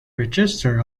register